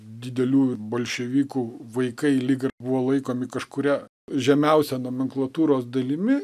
didelių bolševikų vaikai lyg ir buvo laikomi kažkuria žemiausia nomenklatūros dalimi